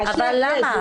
כאשר --- אבל למה?